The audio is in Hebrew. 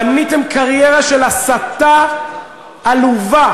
בניתם קריירה של הסתה עלובה,